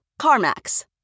CarMax